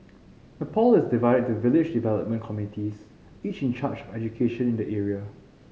Nepal is divided into village development committees each in charge of education in the area